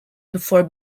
before